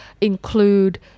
include